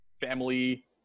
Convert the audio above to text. family